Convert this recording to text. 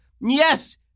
Yes